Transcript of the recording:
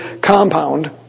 compound